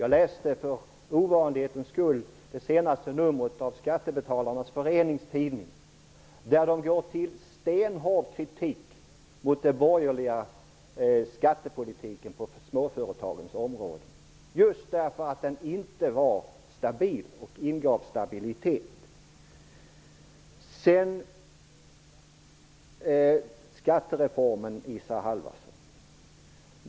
Jag läste för ovanlighetens skull det senaste numret av Skattebetalarnas förenings tidning, där man går till stenhård kritik mot den borgerliga skattepolitiken på småföretagens område just därför att den inte var stabil och ingav stabilitet.